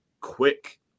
quick